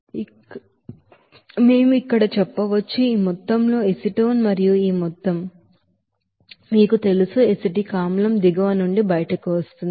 కాబట్టి మేము ఇక్కడ చెప్పవచ్చు ఈ మొత్తంలో ఎసిటోన్ మరియు ఈ మొత్తం మీకు తెలుసు ఎసిటిక్ ఆమ్లం దిగువ నుండి బయటకు వస్తుంది